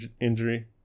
injury